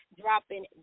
dropping